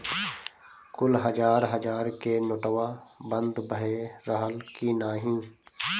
कुल हजार हजार के नोट्वा बंद भए रहल की नाही